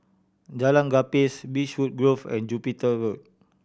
Jalan Gapis Beechwood Grove and Jupiter Road